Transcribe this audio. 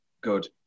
good